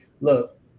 Look